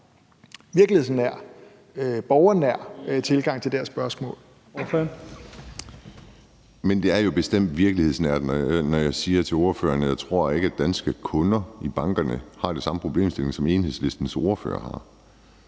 Kim Edberg Andersen (DD): Men det er jo bestemt virkelighedsnært, når jeg siger til ordføreren, at jeg ikke tror, at danske kunder i bankerne har den samme problemstilling som Enhedslisten ordfører har.